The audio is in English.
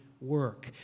work